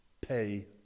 Pay